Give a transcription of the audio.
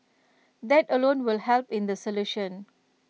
that alone will help in the solution